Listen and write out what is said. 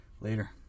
Later